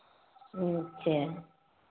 अच्छा